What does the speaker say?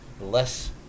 less